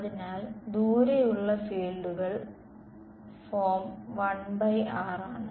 അതിനാൽ ദൂരെയുള്ള ഫീൽഡുകൾ ഫോം 1r ആണ്